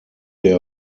der